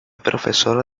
profesora